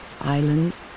island